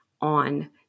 on